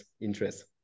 interest